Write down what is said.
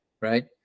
Right